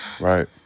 Right